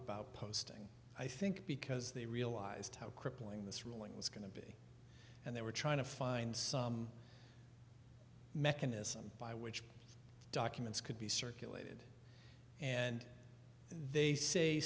about posting i think because they realized how crippling this ruling was and they were trying to find some mechanism by which documents could be circulated and they say